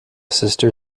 sister